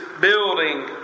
building